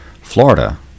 Florida